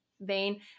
vein